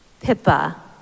Pippa